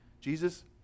Jesus